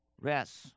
rest